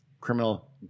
Criminal